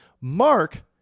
Mark